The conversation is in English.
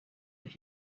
that